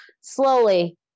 slowly